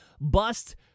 bust